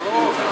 ברור.